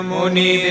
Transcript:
Muni